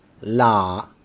La